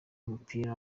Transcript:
w’umupira